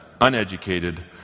Uneducated